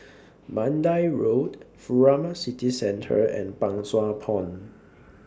Mandai Road Furama City Centre and Pang Sua Pond